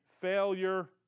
failure